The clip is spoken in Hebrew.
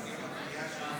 הסתייגות 131 לא נתקבלה.